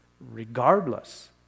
regardless